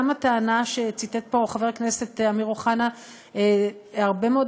זאת גם הטענה שציטט פה חבר הכנסת אמיר אוחנה הרבה מאוד